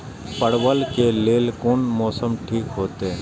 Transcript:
परवल के लेल कोन मौसम ठीक होते?